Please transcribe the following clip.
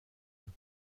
nord